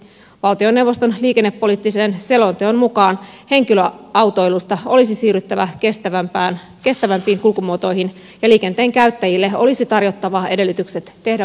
valtioneuvoston liikennepoliittisen selonteon mukaan henkilöautoilusta olisi siirryttävä kestävämpiin kulkumuotoihin ja liikenteen käyttäjille olisi tarjottava edellytykset tehdä vastuullisia valintoja